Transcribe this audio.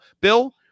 bill